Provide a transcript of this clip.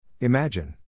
Imagine